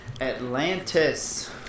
Atlantis